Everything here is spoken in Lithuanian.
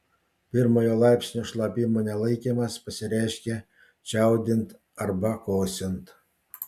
pirmojo laipsnio šlapimo nelaikymas pasireiškia čiaudint arba kosint